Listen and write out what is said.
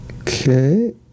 Okay